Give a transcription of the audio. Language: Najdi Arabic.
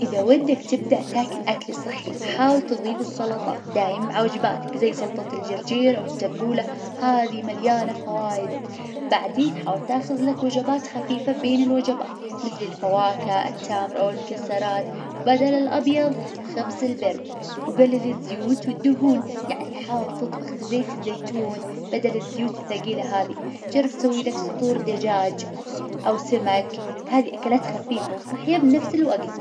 إذا ودك تبدأ تاكل أكل صحي حاول تظيف السلطة دايم مع وجباتك زي سلطة الجرجير أو التبولة هذي مليانة فوايد، بعدين حاول تاخذ لك وجبات خفيفة بين الوجبات مثل الفواكه التمر أو المكسرات بدل الأبيظ خبز البر، وقلل الزيوت والدهون يعني حاول تطبخ بزيت الزيتون بدل الزيوت الثقيلة هذي. جرب سوي لك صدور دجاج أو سمك، هذي أكلات خفيفة وصحية بنفس الوقت.